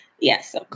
Yes